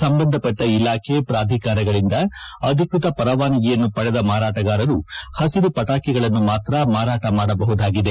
ಸಂಬಂಧಪಟ್ಟ ಇಲಾಖೆ ಪೂಧಿಕಾರಗಳಿಂದ ಅಧಿಕೃತ ಪರವಾನಗಿಯನ್ನು ಪಡೆದ ಮಾರಾಟಗಾರರು ಹಸಿರು ಪಟಾಕಿಗಳನ್ನು ಮಾತ್ರ ಮಾರಾಟ ಮಾಡಬಹುದಾಗಿದೆ